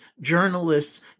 journalists